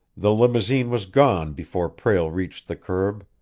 the limousine was gone before prale reached the curb.